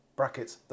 brackets